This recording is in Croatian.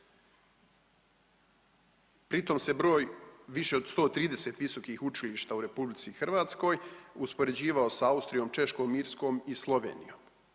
Pri tom se broj, više od 130 visokih učilišta u RH uspoređivao s Austrijom, Češkom, Irskom i Slovenijom.